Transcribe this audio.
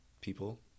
people